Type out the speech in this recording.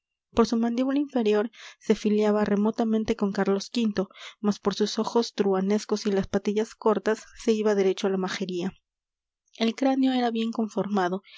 por su mandíbula inferior se filiaba remotamente con carlos v mas por sus ojos truhanescos y las patillas cortas se iba derecho a la majería el cráneo era bien conformado